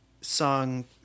Song